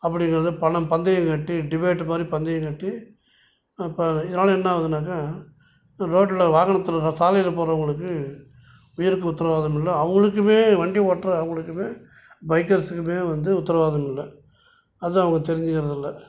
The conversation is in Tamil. அப்படிங்கிறது பணம் பந்தயம் கட்டி டிவைடர் மாதிரி பந்தயம் கட்டி இப்போ இதனால என்னாவுதுனாக்க இந்த ரோட்டில் வாகனத்தில் ர சாலையில் போறவங்களுக்கு உயிருக்கு உத்தரவாதம் இல்லை அவங்களுக்குமே வண்டி ஓட்டுற அவங்களுக்குமே பைக்கர்ஸுக்குமே வந்து உத்தரவாதம் இல்லை அது அவங்க தெரிஞ்சுக்கறது இல்லை